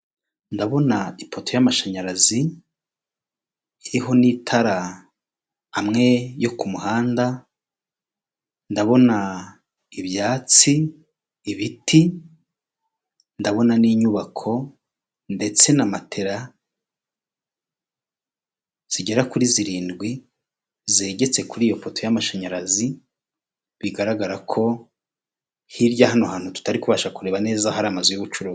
Ndabona ipoto y'amashanyarazi iriho n'itara amwe yo ku muhanda, ndabona ibyatsi, ibiti, ndabona n'inyubako ndetse na matela zigera kuri zirindwi zegetse kuri iyo poto y'amashanyarazi, bigaragara ko hirya hano hantu tutari kubasha kureba neza hari amazu y'ubucuruzi.